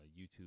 YouTube